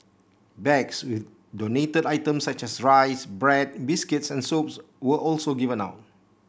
bags with donated items such as rice bread biscuits and soaps were also given out